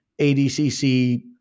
ADCC